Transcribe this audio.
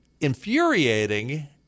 infuriating